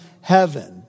heaven